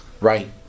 Right